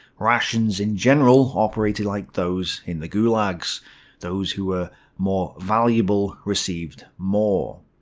rations in general, operated like those in the gulags those who were more valuable received more.